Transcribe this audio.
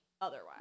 Otherwise